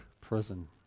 prison